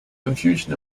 confusion